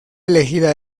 elegida